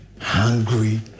hungry